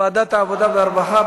לוועדת העבודה והרווחה.